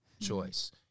choice